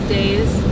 days